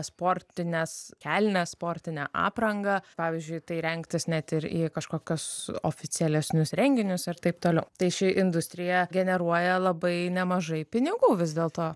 sportines kelnes sportinę aprangą pavyzdžiui tai rengtis net ir į kažkokius oficialesnius renginius ir taip toliau tai ši industrija generuoja labai nemažai pinigų vis dėlto